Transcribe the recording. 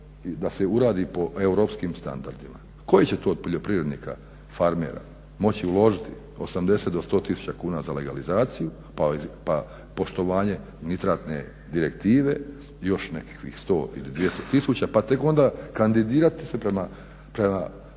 da se uradi po europskim standardima. Koji će to od poljoprivrednika, farmera moći uložiti 80 do 100000 kuna za legalizaciju, pa poštovanje Nitratne direktive, još nekakvih 100 ili 200000 pa tek onda kandidirati se prema